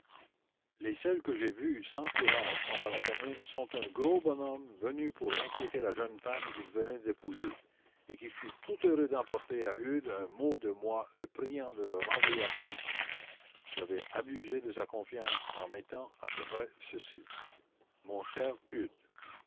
les seuls que j'aie vus sans courage pendant la commune sont un gros bonhomme venu pour inquiéter la jeune femme qu'il venait d'épouser et qui fut tout heureux d'emporter à eudes un mot de moi le priant de le renvoyer à paris j'avais abusé de sa confiance en mettant à peu près ceci mon cher eudes